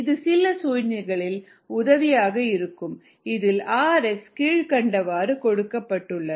இது சில சூழ்நிலைகளில் உதவியாக இருக்கும் இதில் rx கீழ்க்கண்டவாறு கொடுக்கப்பட்டுள்ளது